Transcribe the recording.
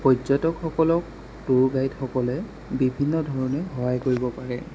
পৰ্যটকসকলক ট'ৰ গাইডসকলে বিভিন্ন ধৰণে সহায় কৰিব পাৰে